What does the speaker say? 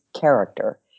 character